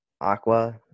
aqua